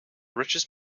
richest